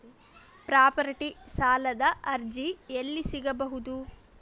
Property ಸಾಲದ ಅರ್ಜಿ ಎಲ್ಲಿ ಸಿಗಬಹುದು?